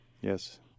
Yes